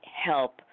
help